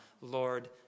Lord